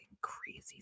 crazy